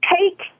take